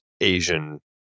Asian